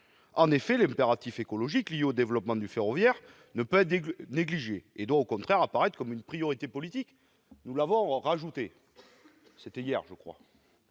En effet, l'impératif écologique lié au développement du ferroviaire ne peut être négligé. Il doit au contraire apparaître comme une priorité politique. C'est ce que nous avons ajouté hier. Nous